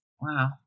Wow